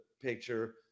picture